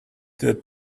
that